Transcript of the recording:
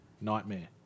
nightmare